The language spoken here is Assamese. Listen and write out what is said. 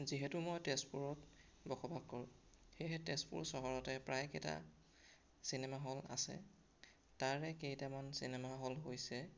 যিহেতু মই তেজপুৰত বসবাস কৰোঁ সেয়েহে তেজপুৰ চহৰতে প্ৰায় কেইটা চিনেমা হল আছে তাৰে কেইটামান চিনেমা হল হৈছে